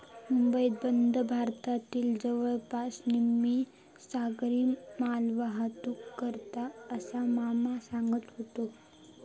मुंबई बंदर भारतातली जवळपास निम्मी सागरी मालवाहतूक करता, असा मामा सांगत व्हतो